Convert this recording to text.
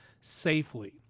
safely